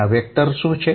આ વેક્ટર શું છે